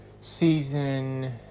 season